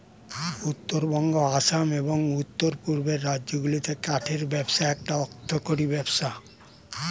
উত্তরবঙ্গ, আসাম, এবং উওর পূর্বের রাজ্যগুলিতে কাঠের ব্যবসা একটা অর্থকরী ব্যবসা